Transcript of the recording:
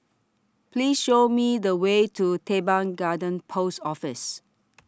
Please Show Me The Way to Teban Garden Post Office